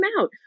out